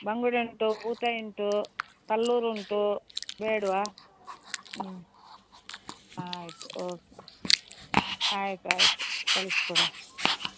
ಬಂಗುಡೆ ಉಂಟು ಬೂತಾಯಿ ಉಂಟು ಕಲ್ಲೂರು ಉಂಟು ಬೇಡವಾ ಹ್ಞೂ ಆಯಿತು ಓಕೆ ಆಯ್ತು ಆಯಿತು ಕಳಿಸಿಕೊಡುವ